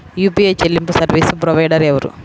UPI చెల్లింపు service provider ఎవరు?